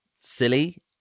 silly